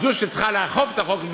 זו שצריכה לאכוף את החוק,